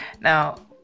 Now